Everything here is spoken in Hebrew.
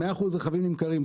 100% רכבים נמכרים,